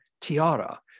tiara